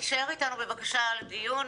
תישאר איתנו בבקשה לדיון.